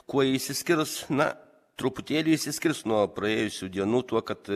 kuo išsiskirs na truputėlį išsiskirs nuo praėjusių dienų tuo kad